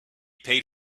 paid